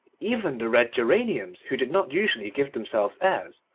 even the red geraniums, who did not usually give themselves airs,